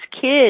kids